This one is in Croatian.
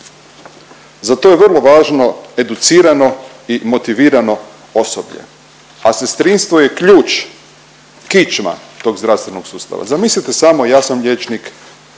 Za to je vrlo važno educirano i motivirano osoblje, a sestrinstvo je ključ, kičma tog zdravstvenog sustava. Zamislite samo, ja sam liječnik,